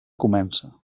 comença